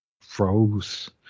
froze